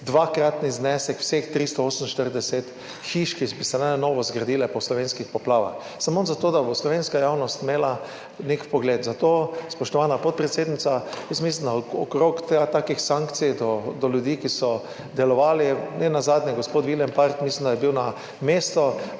dvakratni znesek vseh 348 hiš, ki naj bi se na novo zgradile po slovenskih poplavah. Samo zato, da bo slovenska javnost imela nek vpogled. Zato, spoštovana podpredsednica, mislim, da okrog takih sankcij do ljudi, ki so delovali – ne nazadnje, gospod Willenpart mislim, da je bil na mesto